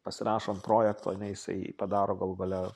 pasirašo ant projekto ane jisai padaro galų gale